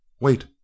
Wait